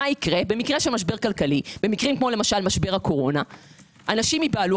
במקרים כמו משבר כלכלי או משבר הקורונה אנשים ייבהלו,